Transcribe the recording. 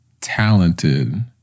talented